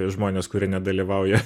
žmonės kurie nedalyvauja